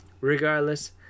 regardless